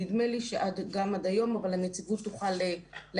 נדמה לי שגם עד היום אבל הנציבות תוכל לעדכן.